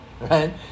Right